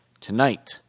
Tonight